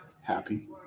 Happy